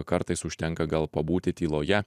kartais užtenka gal pabūti tyloje